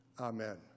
Amen